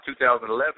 2011